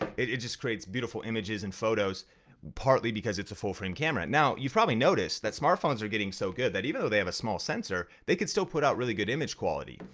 um it it just creates beautiful images and photos partly because it's a full-frame camera. now, you've probably noticed that smartphones are getting so good that even though they have a small sensor, they could still put out really good image quality.